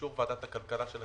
ובאישור ועדת הכלכלה של הכנסת,